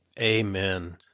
Amen